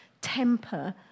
temper